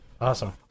Awesome